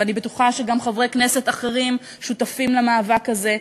ואני בטוחה שגם חברי כנסת אחרים שותפים למאבק הזה,